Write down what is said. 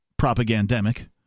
propagandemic